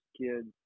kids –